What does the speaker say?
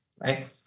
right